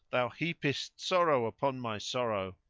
thou heapest sorrow upon my sorrow.